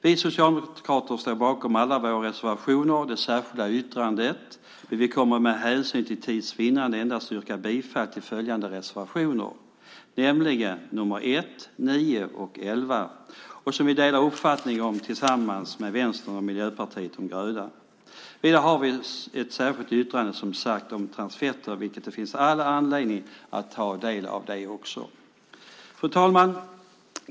Vi socialdemokrater står bakom alla våra reservationer och det särskilda yttrandet, men vi kommer för tids vinnande endast att yrka bifall till reservationerna nr 1, 9 och 11, som vi delar uppfattning om tillsammans med Vänstern och Miljöpartiet de gröna. Vidare har vi som sagt ett särskilt yttrande om transfetter, vilket det finns all anledning att ta del av också. Fru talman!